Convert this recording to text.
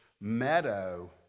Meadow